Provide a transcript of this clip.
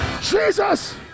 Jesus